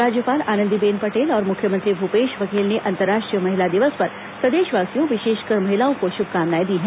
राज्यपाल आनंदीबेन पटेल और मुख्यमंत्री भूपेश बघेल ने अंतर्राष्ट्रीय महिला दिवस पर प्रदेशवासियों विशेषकर महिलाओं को शुभकामनाएं दी हैं